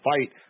fight